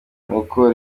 nuko